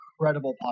incredible